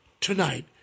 tonight